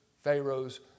Pharaoh's